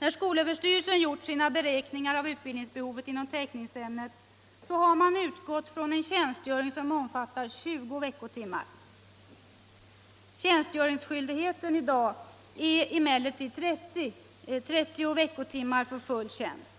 När skolöverstyrelsen gjort sina beräkningar av utbildningsbehovet inom teckningsämnet har man utgått från en tjänstgöring som omfattar 20 veckotimmar. Tjänstgöringsskyldigheten i dag är emellertid 30 veckotimmar vid full tjänst.